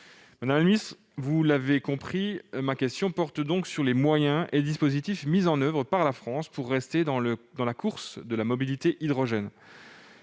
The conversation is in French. Madame la secrétaire d'État, vous aurez compris que ma question porte sur les moyens et dispositifs mis en oeuvre par la France pour rester dans la course de la mobilité hydrogène.